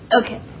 Okay